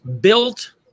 built